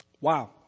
wow